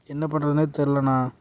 என்ன பண்ணுறதுன்னே தெரிலன்னா